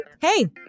hey